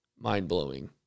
mind-blowing